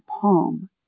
palm